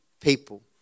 people